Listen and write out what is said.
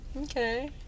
okay